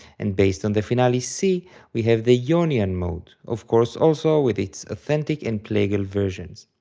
and based on the finalis c we have the yeah ionian mode, of course also with its authentic and plagal versions.